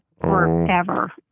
forever